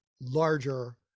larger